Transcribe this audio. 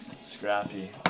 scrappy